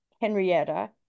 Henrietta